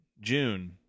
June